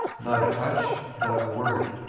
not a touch, not a word.